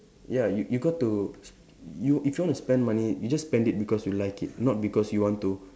ya you you got to you if you want to spend money you just spend it because you like it not because you want to